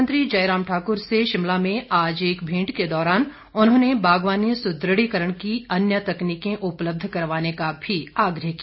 मुख्यमंत्री जयराम ठाकुर से शिमला में एक भेंट के दौरान उन्होंने बागवानी सुदृढ़ीकरण की अन्य तकनीकें उपलब्ध करवाने का भी आग्रह किया